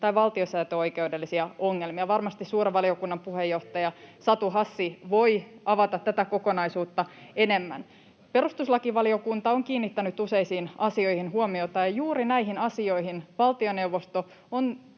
tai valtiosääntöoikeudellisia ongelmia.” Varmasti suuren valiokunnan puheenjohtaja Satu Hassi voi avata tätä kokonaisuutta enemmän. Perustuslakivaliokunta on kiinnittänyt useisiin asioihin huomiota, ja juuri näihin asioihin valtioneuvosto on